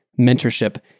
mentorship